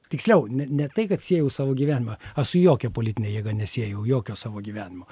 tiksliau ne ne tai kad siejau savo gyvenimą aš su jokia politine jėga nesiejau jokio savo gyvenimo